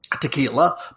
tequila